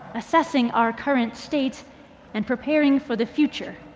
assessing our current states and preparing for the future.